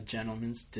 Gentleman's